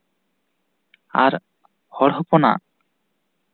ᱟᱨ ᱦᱚᱲ ᱦᱚᱯᱚᱱᱟᱜ